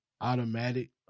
automatic